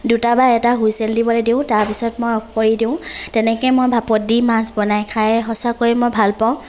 দুটা বা এটা হুইচেল দিবলৈ দিওঁ তাৰপিছত মই অফ কৰি দিওঁ তেনেকে মই ভাপত দি মাছ বনাই খাই সঁচাকৈ মই ভালপাওঁ